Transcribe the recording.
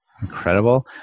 Incredible